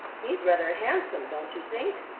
he's rather handsome, don't you think?